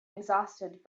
exhausted